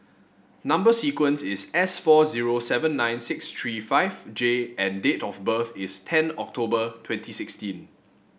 number sequence is S four zero seven nine six three five J and date of birth is ten October twenty sixteen